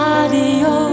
Radio